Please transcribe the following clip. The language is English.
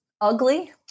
Ugly